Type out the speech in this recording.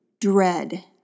dread